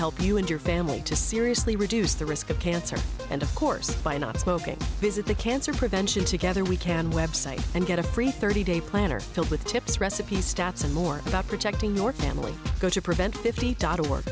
help you and your family to seriously reduce the risk of cancer and of course by not smoking visit the cancer prevention together we can website and get a free thirty day planner filled with tips recipes stats and more about protecting your family go to prevent